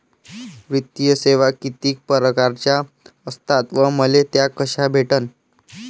वित्तीय सेवा कितीक परकारच्या असतात व मले त्या कशा भेटन?